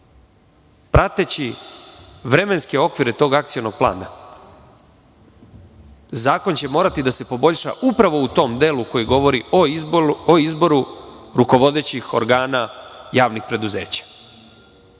Prateći vremenske okvire tog akcionog plana, zakon će morati da se poboljša upravo utom delu koji govori o izboru rukovodećih organa javnih preduzeća,